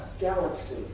galaxy